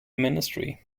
ministry